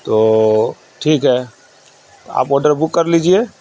تو ٹھیک ہے آپ آڈر بک کر لیجیے